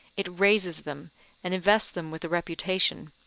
it raises them and invests them with a reputation.